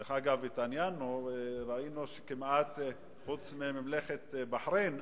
דרך אגב, התעניינו, ראינו שחוץ מממלכת בחריין,